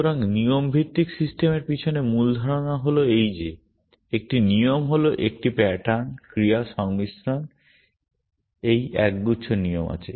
সুতরাং নিয়ম ভিত্তিক সিস্টেমের পিছনে মূল ধারণা হল এই যে একটি নিয়ম হল একটি প্যাটার্ন ক্রিয়া সংমিশ্রণ এই এক গুচ্ছ নিয়ম আছে